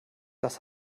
das